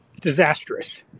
disastrous